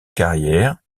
carrière